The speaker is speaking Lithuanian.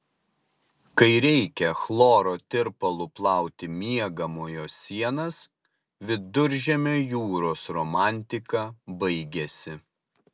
kai reikia chloro tirpalu plauti miegamojo sienas viduržemio jūros romantika baigiasi